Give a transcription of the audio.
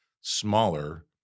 smaller